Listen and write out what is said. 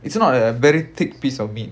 it's not a very thick piece of meat